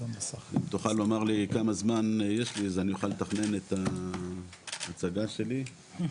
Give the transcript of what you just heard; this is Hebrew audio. תוכל לומר לי כמה זמן יש לי אז אוכל לתכנן את ההצגה שלי?